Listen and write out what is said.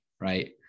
Right